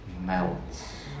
melts